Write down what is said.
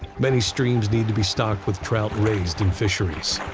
many streams need to be stocked with trout raised in fisheries.